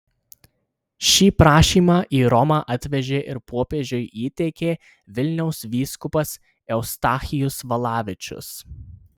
šį prašymą į romą atvežė ir popiežiui įteikė vilniaus vyskupas eustachijus valavičius